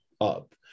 up